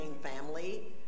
family